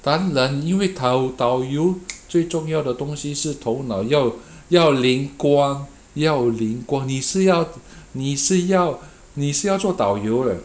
当然因为 tao~ 导游最重要的东西是头脑要要灵光要灵光你是要你是要你是要做导游 leh